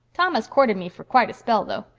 thomas courted me for quite a spell, though.